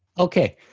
okay.